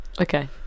Okay